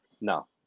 no